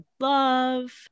love